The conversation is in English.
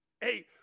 Hey